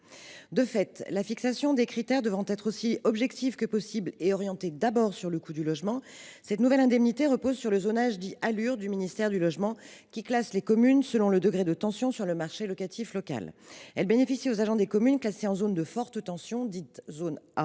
De fait, la fixation des critères devant être aussi objective que possible et orientée d’abord sur le coût du logement, cette nouvelle indemnité repose sur le zonage prévu par la loi pour l’accès au logement et un urbanisme rénové, dite loi Alur, qui classe les communes selon le degré de tension sur le marché locatif local. Elle bénéficie aux agents des communes classées en zone de forte tension, dite zone A,